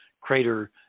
crater